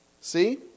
See